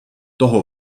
toho